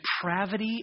depravity